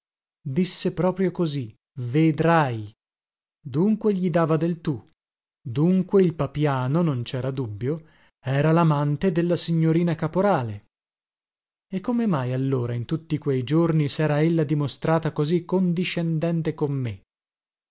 disse proprio così vedrai dunque gli dava del tu dunque il papiano non cera più dubbio era lamante della signorina caporale e come mai allora in tutti quei giorni sera ella dimostrata così condiscendente con me